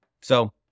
So-